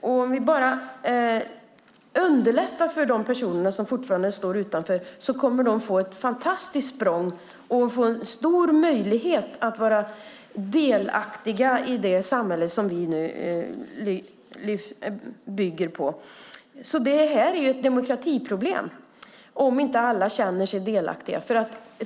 Om vi bara underlättar för de personer som fortfarande står utanför så kommer de att få möjlighet till ett fantastiskt språng och få en stor möjlighet till att vara delaktiga i det samhälle som vi nu bygger på. Det är alltså ett demokratiproblem om inte alla känner sig delaktiga.